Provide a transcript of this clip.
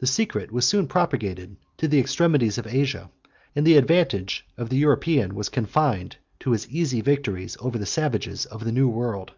the secret was soon propagated to the extremities of asia and the advantage of the european was confined to his easy victories over the savages of the new world.